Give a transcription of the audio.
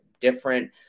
different